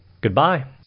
Goodbye